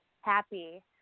happy